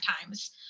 times